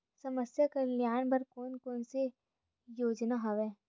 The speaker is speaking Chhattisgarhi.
समस्या कल्याण बर कोन कोन से योजना हवय?